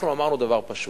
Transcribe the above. אנחנו אמרנו דבר פשוט: